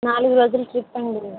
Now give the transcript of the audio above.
నాలుగు రోజుల ట్రిప్ అండి